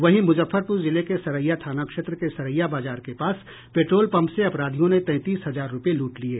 वहीं मुजफ्फरपुर जिले के सरैया थाना क्षेत्र के सरैया बाजार के पास पेट्रोल पंप से अपराधियों ने तैंतीस हजार रूपये लूट लिये